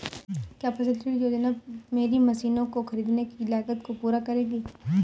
क्या फसल ऋण योजना मेरी मशीनों को ख़रीदने की लागत को पूरा करेगी?